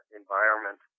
environment